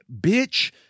bitch